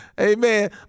Amen